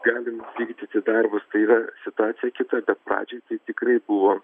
galim vykdyti darbus tai yra situacija kita bet pradžiai tai tikrai buvo